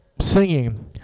singing